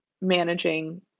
managing